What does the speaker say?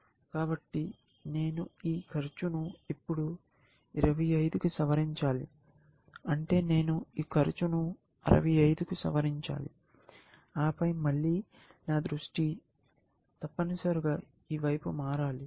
కాబట్టి నేను ఈ ఖర్చును ఇప్పుడు 25 కి సవరించాలి అంటే నేను ఈ ఖర్చును 65 కి సవరించాలి ఆపై మళ్ళీ నా దృష్టి తప్పనిసరిగా ఈ వైపు మారాలి